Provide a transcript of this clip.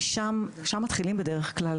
כי שם מתחילים בדרך כלל,